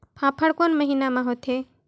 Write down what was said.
फाफण कोन महीना म होथे?